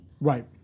Right